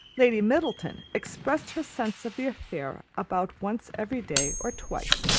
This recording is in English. lady middleton expressed her sense of the affair about once every day, or twice,